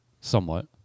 somewhat